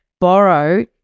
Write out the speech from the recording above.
borrow